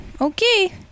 Okay